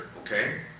okay